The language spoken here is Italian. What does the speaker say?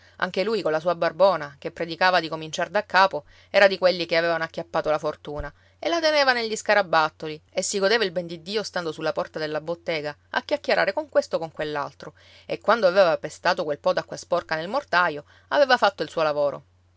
anche lui colla sua barbona che predicava di cominciar da capo era di quelli che avevano acchiappato la fortuna e la teneva negli scarabattoli e si godeva il ben di dio stando sulla porta della bottega a chiacchierare con questo o con quell'altro e quando aveva pestato quel po d'acqua sporca nel mortaio aveva fatto il suo lavoro